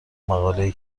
مقالهای